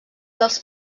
dels